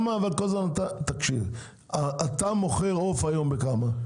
אתה מוכר עוף היום בכמה?